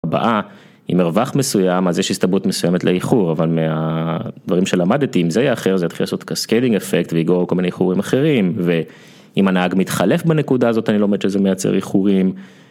הבאה, עם מרווח מסוים, אז יש הסתברות מסוימת לאיחור. אבל מהדברים שלמדתי אם זה יאחר זה יתחיל לעשות לך סקיילינג אפקט ויגרור כל מיני איחורים אחרים, ואם הנהג מתחלף בנקודה הזאת אני לומד שזה מייצר איחורים.